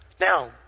Now